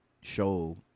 show